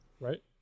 Right